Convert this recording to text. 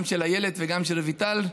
גם של איילת וגם של רויטל: